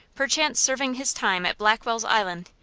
perchance serving his time at blackwell's island,